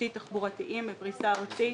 תשתית תחבורה, בפרישה ארצית.